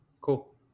cool